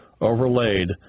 overlaid